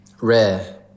Rare